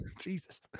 jesus